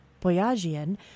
Boyajian